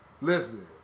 Listen